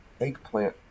eggplant